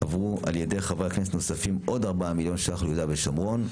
עברו על ידי חברי כנסת נוספים עוד 4 מיליון ש"ח ליהודה ושומרון.